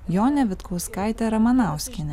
jone vitkauskaite ramanauskiene